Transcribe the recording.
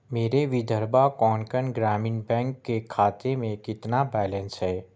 میرے ودھربھا کونکن گرامین بینک کے خاتے میں کتنا بیلنس ہے